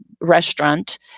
restaurant